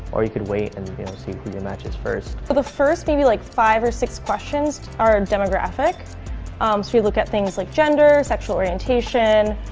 or you could wait and see who your matches first. for the first maybe like five or six questions, our demographic. so you look at things like gender, sexual orientation,